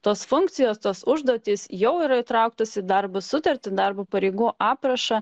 tos funkcijos tas užduotys jau yra įtrauktos į darbo sutartį darbo pareigų aprašą